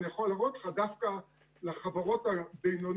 אני יכול להראות לך שדווקא לחברות הבינוניות